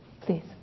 please